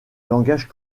langage